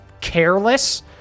careless